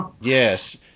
yes